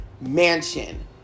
mansion